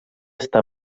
està